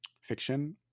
fiction